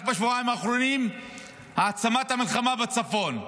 רק בשבועיים האחרונים העצמת המלחמה בצפון.